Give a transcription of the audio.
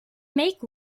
make